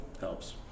helps